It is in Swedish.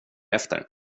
efter